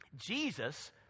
Jesus